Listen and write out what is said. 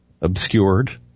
obscured